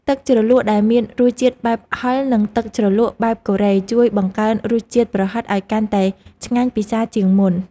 ទឹកជ្រលក់ដែលមានរសជាតិផ្អែមហឹរនិងទឹកជ្រលក់បែបកូរ៉េជួយបង្កើនរសជាតិប្រហិតឱ្យកាន់តែឆ្ងាញ់ពិសេសជាងមុន។